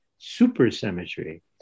supersymmetry